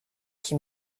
qui